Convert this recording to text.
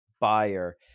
buyer